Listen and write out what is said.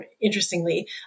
interestingly